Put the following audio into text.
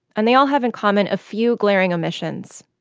and they all have in common a few glaring omissions.